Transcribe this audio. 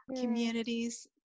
communities